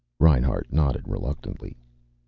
reinhart nodded reluctantly.